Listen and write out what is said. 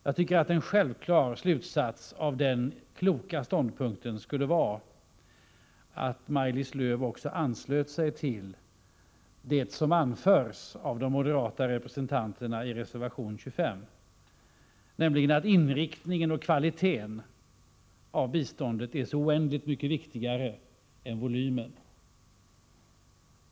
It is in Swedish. Jag tycker att den självklara slutsatsen av denna kloka ståndpunkt skulle vara att Maj-Lis Lööw också anslöt sig till det som anförs av de moderata undertecknarna av reservation 25, nämligen att inriktningen och kvaliteten på biståndet är så oändligt mycket viktigare än volymen.